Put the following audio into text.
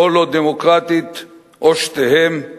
או לא-דמוקרטית או שתיהן,